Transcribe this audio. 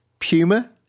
Puma